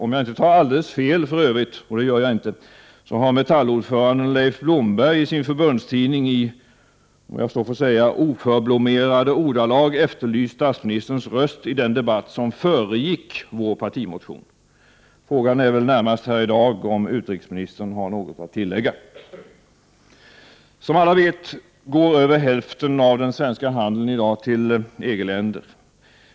Om jag inte tar alldeles fel, och det gör jag inte, har Metallordföranden Leif Blomberg i sin förbundstidning i — om jag så får säga — oförblommerade ordalag efterlyst statsministerns röst i den debatt som föregick vår partimotion. Frågan är väl närmast här i dag, om utrikesministern har något att tillägga. Som alla vet, går över hälften av den svenska handeln i dag till EG-länder.